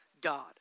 God